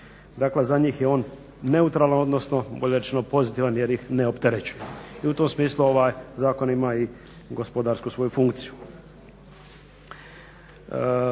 Dakle, za njih je on neutralan, odnosno bolje rečeno pozitivan jer ih ne opterećuje. I u tom smislu ovaj zakon ima i gospodarsku svoju funkciju.